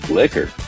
liquor